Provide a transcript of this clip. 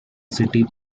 city